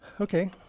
Okay